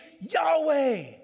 Yahweh